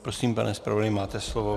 Prosím, pane zpravodaji, máte slovo.